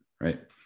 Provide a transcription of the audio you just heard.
Right